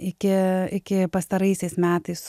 iki iki pastaraisiais metais